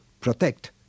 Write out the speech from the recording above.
protect